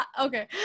Okay